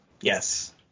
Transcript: Yes